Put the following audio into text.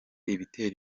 ibitera